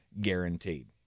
guaranteed